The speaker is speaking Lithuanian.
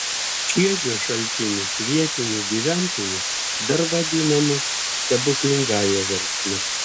čiegio šaltinis vietinių gyventojų dar vadinamas stebuklingąja versme